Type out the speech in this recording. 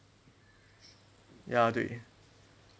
ya 对